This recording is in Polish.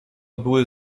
były